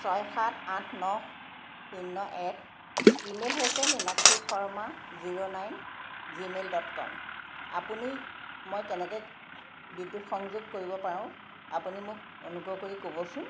ছয় সাত আঠ ন শূন্য এক ইমেইল হৈছে Minakshi Sharma zero nine Gmail dot com আপুনি মই কেনেকৈ বিদ্যুৎ সংযোগ কৰিব পাৰোঁ আপুনি মোক অনুগ্ৰহ কৰি ক'বচোন